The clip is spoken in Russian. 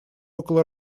около